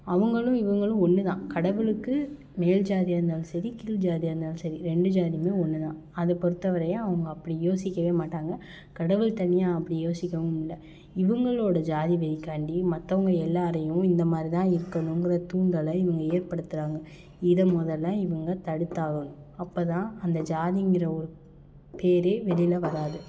அவங்களும் இவங்களும் ஒன்றுதான் கடவுளுக்கு மேல் ஜாதியாக இருந்தாலும் சரி கீழ் ஜாதியாக இருந்தாலும் சரி ரெண்டு ஜாதியுமே ஒன்றுதான் அதை பொறுத்த வரையும் அவங்க அப்படி யோசிக்கவே மாட்டாங்க கடவுள் தனியாக அப்படி யோசிக்கவும் இல்லை இவங்களோட ஜாதிவெறிக்காண்டி மற்றவங்க எல்லாரையும் இந்தமாதிரிதான் இருக்கணுங்கிற தூண்டலை இவங்க ஏற்படுத்துறாங்க இதை முதல்ல இவங்க தடுத்தாகணும் அப்போதான் அந்த ஜாதிங்கிற ஒரு பேரே வெளியில வராது